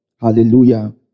Hallelujah